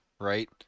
right